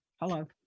Hello